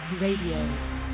Radio